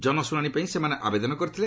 ଜନଶ୍ରୁଣାଣି ପାଇଁ ସେମାନେ ଆବେଦନ କରିଥିଲେ